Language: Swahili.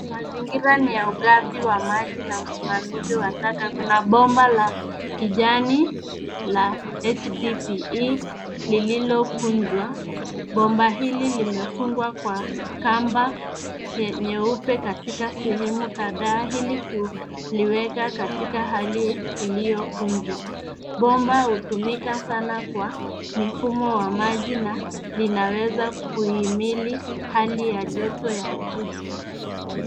Mazingira ni ya ugavi wa maji na usimamizi wa taka. Kuna bomba la kijani la HDPE lililokunjwa. Bomba hili limefungwa kwa kamba nyeupe katika sehemu kadhaa ili kuliweka katika hali iliyokunjwa. Bomba hutumika sana kwa mifumo wa maji na linaweza kuhimili hali ya joto ya juu.